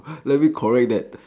let me correct that